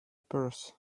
purse